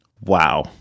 Wow